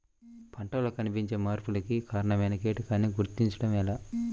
పంటలలో కనిపించే మార్పులకు కారణమయ్యే కీటకాన్ని గుర్తుంచటం ఎలా?